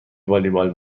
والیبال